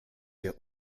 der